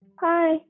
Hi